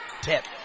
Tip